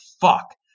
fuck